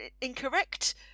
incorrect